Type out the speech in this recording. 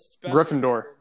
Gryffindor